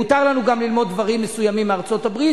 מותר לנו גם ללמוד דברים מסוימים מארצות-הברית,